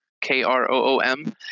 K-R-O-O-M